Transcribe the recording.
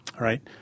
right